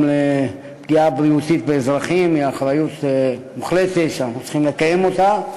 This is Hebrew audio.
לפגיעה בריאותית באזרחים היא אחריות מוחלטת שאנחנו צריכים לקיים אותה.